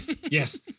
yes